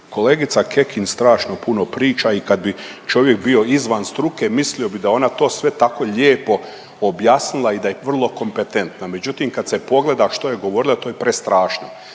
kolegica Kekin strašno puno priča i kad bi čovjek bio izvan struke mislio bi da je ona sve to tako lijepo objasnila i da je vrlo kompetentna. Međutim, kad se pogleda što je govorila to je prestrašno.